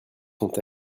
sont